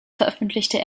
veröffentlichte